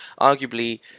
Arguably